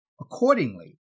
Accordingly